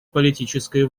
политической